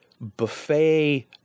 buffet